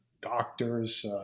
doctors